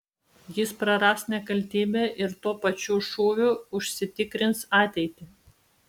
jis praras nekaltybę ir tuo pačiu šūviu užsitikrins ateitį